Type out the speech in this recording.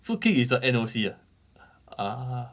food king is on N_O_C ah ah